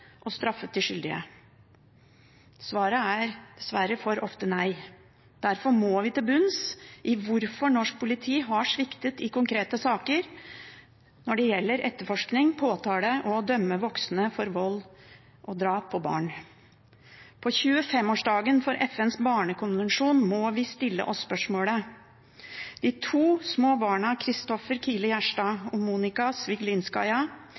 få straffet de skyldige? Svaret er dessverre for ofte nei. Derfor må vi til bunns i hvorfor norsk politi har sviktet i konkrete saker når det gjelder etterforskning, påtale og det å dømme voksne for vold mot og drap på barn. På 25-årsdagen for FNs barnekonvensjon må vi stille oss disse spørsmålene. De to små barna,